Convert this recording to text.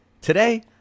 Today